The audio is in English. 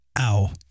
Ow